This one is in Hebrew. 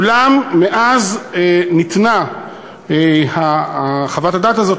אולם מאז ניתנה חוות הדעת הזאת,